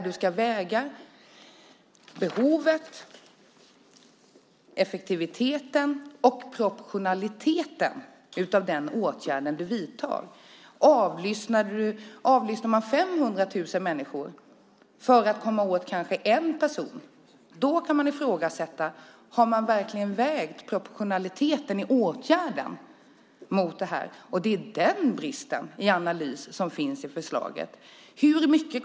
Du ska väga behovet, effektiviteten och proportionaliteten av den åtgärd du vidtar. Avlyssnar man 500 000 människor för att komma åt kanske en person kan man ifrågasätta om man verkligen har vägt proportionaliteten i åtgärden. Det är den bristen i analys som finns i förslaget.